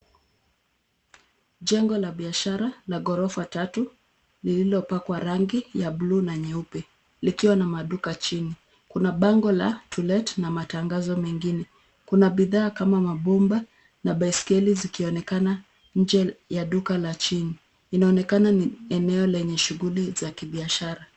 Jengo la biashara la ghorofa tatu lililopakwa rangi ya bluu na nyeupe likiwa na maduka chini. Kuna bango la to let na matangazo mengine. Kuna bidhaa kama mabomba na baiskeli zikionekana nje ya duka la chini . Inaonekana ni eneo lenye shughuli za kibiashara.